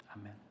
amen